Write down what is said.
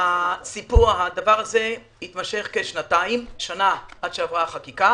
הדבר הזה נמשך כשנתיים שנה עד שעברה החקיקה